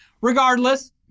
Regardless